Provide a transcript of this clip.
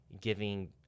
giving